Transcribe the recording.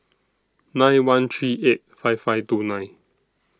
nine one three eight five five two nine